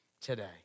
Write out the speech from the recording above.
today